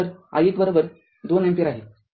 तर i१२अँपिअर आहे